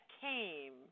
came